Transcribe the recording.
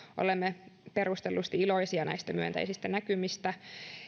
olemme perustellusti iloisia näistä myönteisistä näkymistä